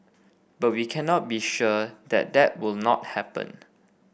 but we cannot be sure that that will not happen